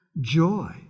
joy